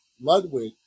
Ludwig